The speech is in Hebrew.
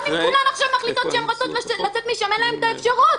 גם אם כולן עכשיו מחליטות שהן רוצות לצאת משם אין להן האפשרות.